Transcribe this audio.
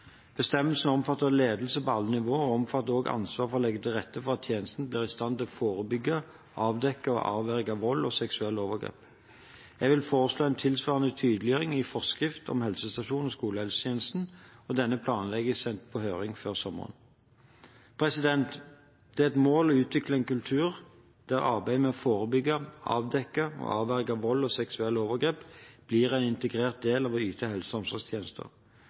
Bestemmelsen omfatter ledelse på alle nivå, og omfatter også ansvar for å legge til rette for at tjenesten blir i stand til å forebygge, avdekke og avverge vold og seksuelle overgrep. Jeg vil foreslå en tilsvarende tydeliggjøring i forskrift om helsestasjons- og skolehelsetjenesten, og denne planlegges sendt på høring før sommeren. Det er et mål å utvikle en kultur der arbeidet med å forebygge, avdekke og avverge vold og seksuelle overgrep blir en integrert del av å yte helse- og omsorgstjenester.